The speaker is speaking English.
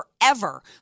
forever